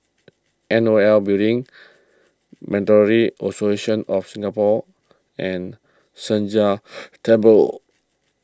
N O L Building Monetary Authority of Singapore and Sheng Jia Temple